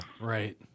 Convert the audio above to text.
Right